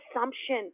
assumption